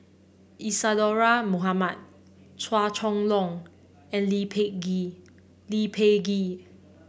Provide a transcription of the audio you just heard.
Isadhora Mohamed Chua Chong Long and Lee Peh Gee